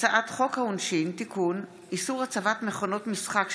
יום שני, ט"ז בסיוון התש"ף